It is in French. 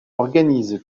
organise